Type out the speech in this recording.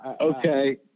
Okay